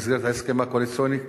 במסגרת ההסכם הקואליציוני,